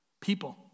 people